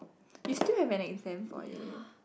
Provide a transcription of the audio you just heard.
you still have an exam for it